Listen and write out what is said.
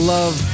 Love